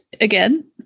again